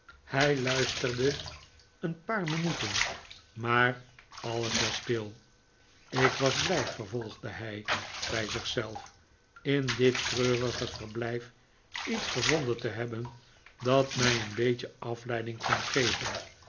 hij luisterde een paar minuten maar alles was stil ik was blij vervolgde hij bij zich zelf in dit treurige verblijf iets gevonden te hebben dat mij een beetje afleiding kon geven